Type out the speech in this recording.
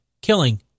killing